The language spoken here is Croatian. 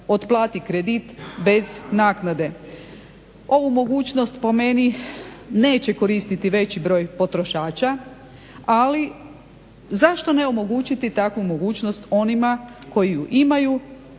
otplati kredit bez naknade. Ovu mogućnost po meni neće koristiti veći broj potrošača ali zašto ne omogućiti takvu mogućnost onima koji ju imaju,